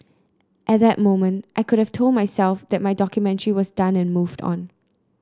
at that moment I could have told myself that my documentary was done and moved on